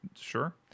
sure